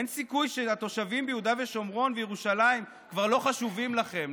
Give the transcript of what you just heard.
אין סיכוי שהתושבים ביהודה ושומרון ובירושלים כבר לא חשובים לכם,